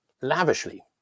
lavishly